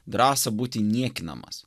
drąsą būti niekinamas